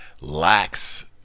lacks